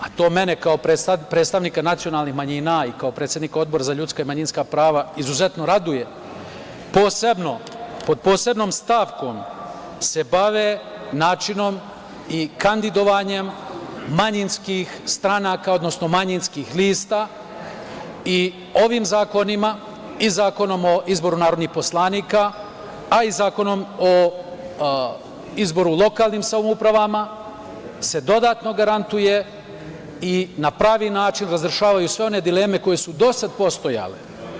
Novi zakoni, a to mene kao predstavnika nacionalnih manjina i kao predsednika Odbora za ljudska i manjinska prava izuzetno raduje, pod posebnom stavkom se bave načinom i kandidovanjem manjinskih stranaka, odnosno manjinskih lista i ovim zakonima, i Zakonom o izboru narodnih poslanika, a i Zakonom o izboru lokalnih samouprava, se dodatno garantuje i na pravi način razrešavaju sve one dileme koje su do sada postojale.